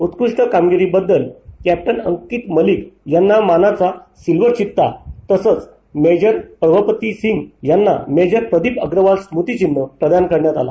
उत्कृष्ट कामगिरीबद्दल क्ष्टिन अंकित मलिक यांना मानाचं सिल्व्हर चित्ता तसेच मेजर प्रभप्रित सिंग यांना मेजर प्रदीप अग्रवाल स्मृतिचिन्ह प्रदान करण्यात आलं